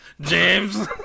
james